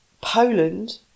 Poland